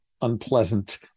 unpleasant